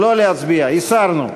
לא להצביע, הסרנו.